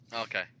Okay